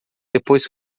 depois